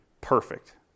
perfect